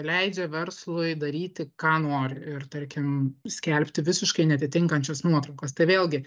leidžia verslui daryti ką nori ir tarkim skelbti visiškai neatitinkančias nuotraukas tai vėlgi